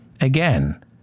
Again